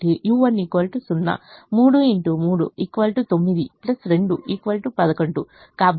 9 2 11 కాబట్టి u2 0